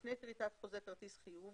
לפני כריתת חוזה כרטיס חיוב